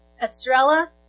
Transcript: Estrella